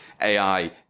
AI